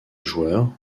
joueur